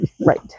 Right